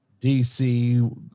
DC